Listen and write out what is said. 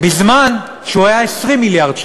בזמן שהוא היה 20 מיליארד.